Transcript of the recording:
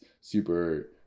super